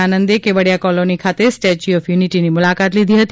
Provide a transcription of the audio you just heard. આનંદે Kevadia colony ખાતે statue of યુનિટીની મુલાકાત લીધી હતી